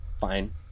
fine